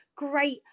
great